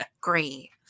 Great